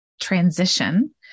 transition